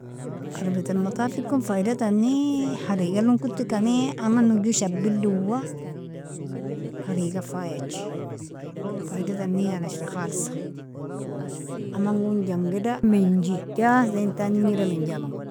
Earabiat almatafiikon faidatani, harigalon kotikani aman jo shabl doa hariga faiaji, faidatani yani ashri khalsa amangon jangeda minji jahzintan arnjida minji amanga.